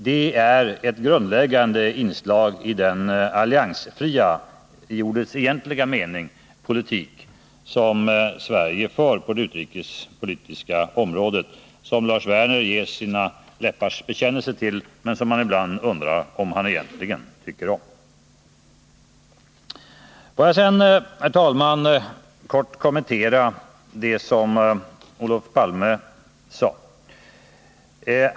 Detta är ett grundläggande inslag i den alliansfria politik — i ordets egentliga mening — som Sverige för, en politik som Lars Werner ger i varje fall sina läppars bekännelse till men som man ibland undrar om han egentligen tror på. Får jag sedan, herr talman, kommentera vad Olof Palme sade.